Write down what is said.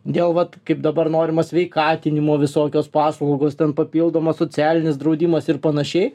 dėl vat kaip dabar norima sveikatinimo visokios paslaugos ten papildomas socialinis draudimas ir panašiai